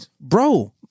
bro